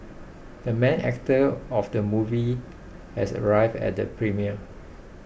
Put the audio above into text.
the main actor of the movie has arrived at the premiere